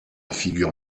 figure